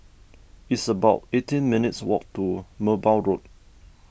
it's about eighteen minutes' walk to Merbau Road